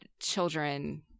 children